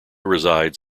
resides